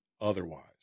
otherwise